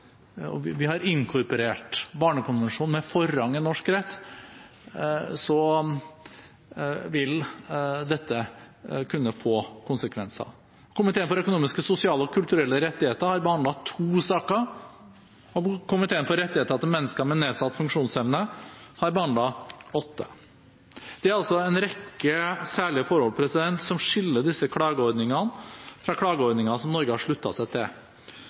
hvor vi har inkorporert barnekonvensjonen med forrang i norsk rett, vil dette kunne få konsekvenser. Komiteen for økonomiske, sosiale og kulturelle rettigheter har behandlet to saker, og Komiteen for rettighetene til mennesker med nedsatt funksjonsevne har behandlet åtte. Det er altså en rekke særlige forhold som skiller disse klageordningene fra klageordninger som Norge har sluttet seg til,